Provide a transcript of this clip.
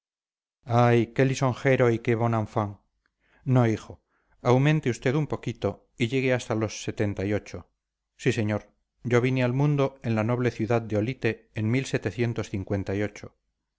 ay qué lisonjero y qué bon enfant no hijo aumente usted un poquito y llegue hasta los setenta y ocho sí señor yo vine al mundo en la noble ciudad de olite en eche usted una mirada a todo